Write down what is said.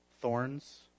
Thorns